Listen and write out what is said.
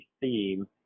theme